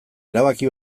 erabaki